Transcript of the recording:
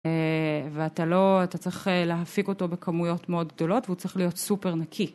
ואתה לא, אתה צריך להפיק אותו בכמויות מאוד גדולות והוא צריך להיות סופר נקי.